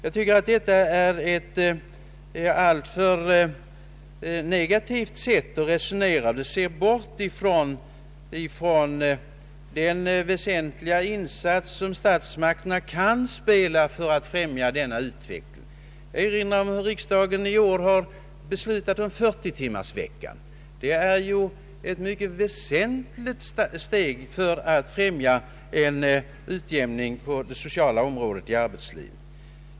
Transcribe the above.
Jag tycker att detta är ett alltför negativt sätt att resonera. Det ser bort från den väsentliga insats som statsmakterna kan göra för att främja denna utveckling. Jag kan erinra om att riksdagen i år har fattat beslut om 40 timmars arbetsvecka. Det är ett mycket väsentligt steg för att främja en utjämning i arbetslivet.